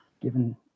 given